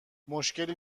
مشکلی